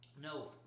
No